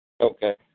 Okay